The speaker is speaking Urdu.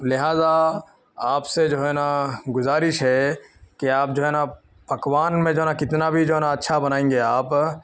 لہٰذا آپ سے جو ہے نا گزارش ہے کہ آپ جو ہے نا پکوان میں جو ہے نا کتنا بھی جو ہے نا اچھا بنائیں گے آپ